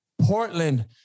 Portland